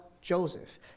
Joseph